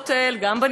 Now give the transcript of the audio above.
גם בגיור,